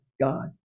God